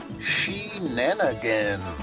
shenanigans